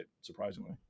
surprisingly